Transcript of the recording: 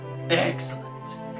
Excellent